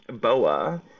Boa